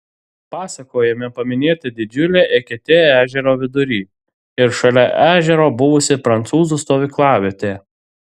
pasakojime paminėta didžiulė eketė ežero vidury ir šalia ežero buvusi prancūzų stovyklavietė